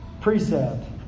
precept